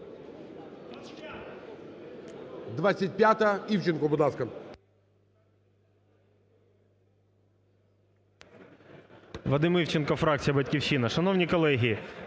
25-а. Івченко, будь ласка.